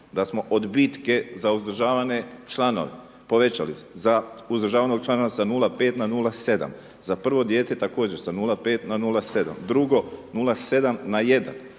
da smo odbitke za uzdržavane članove povećali za uzdržavanog člana sa 0,5 na 0,7, za prvo dijete također sa 0,5 na 0,7. Drugo 0,7 na 1,